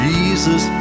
Jesus